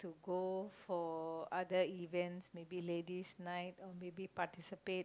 to go for other events maybe Ladies Night or maybe participate